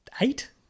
Eight